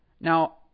Now